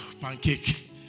pancake